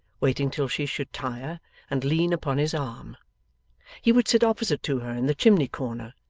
waiting till she should tire and lean upon his arm he would sit opposite to her in the chimney-corner,